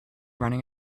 running